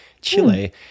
Chile